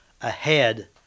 ahead